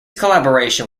collaboration